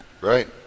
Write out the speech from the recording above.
right